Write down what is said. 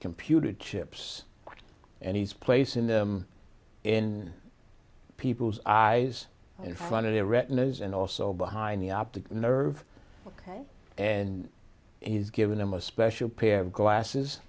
computer chips and he's placing them in people's eyes in front of their retinas and also behind the optic nerve ok and he's given them a special pair of glasses